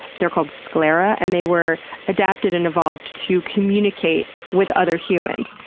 they're called sclera, and they were adapted and evolved to communicate with other humans.